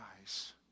eyes